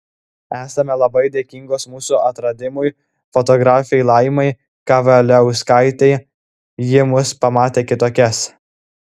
esame labai dėkingos mūsų atradimui fotografei laimai kavaliauskaitei ji mus pamatė kitokias